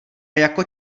jako